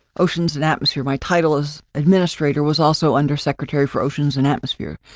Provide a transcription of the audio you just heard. ocean's and atmosphere my title as administrator was also undersecretary for oceans and atmosphere.